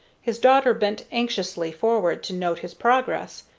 his daughter bent anxiously forward to note his progress.